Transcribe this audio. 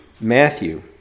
Matthew